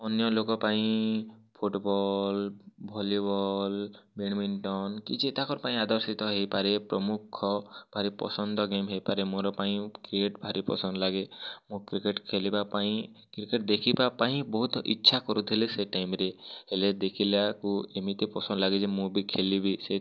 ଅନ୍ୟଲୋକ ପାଇଁ football volleyball badminton କିଛି ତାଙ୍କ ପାଇଁ ଆଦର୍ଶିତ ହୋଇପାରେ ପ୍ରମୁଖ ଭାରି ପସନ୍ଦ ଗେମ୍ ହୋଇପାରେ ମୋର ପାଇଁ କ୍ରିକେଟ୍ ଭାରି ପସନ୍ଦ ଲାଗେ ମୁଁ କ୍ରିକେଟ୍ ଖେଲିବା ପାଇଁ କ୍ରିକେଟ୍ ଦେଖିବା ପାଇଁ ବହୁତ ଇଚ୍ଛା କରୁଥିଲେ ସେ ଟାଇମ୍ରେ ହେଲେ ଦେଖିଲାବେଲକୁ ଏମିତି ପସନ୍ଦ ଲାଗେ ଯେ ମୁଁ ବି ଖେଲିବି ସେ